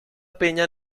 peña